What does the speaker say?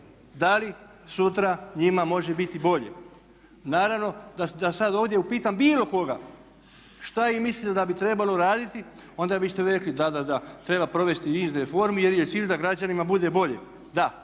da li sutra njima može biti bolje. Naravno da sad ovdje upitam bilo koga šta vi mislite da bi trebalo raditi onda biste vi rekli da, da, da treba provesti niz reformi jer je cilj da građanima bude bolje. Da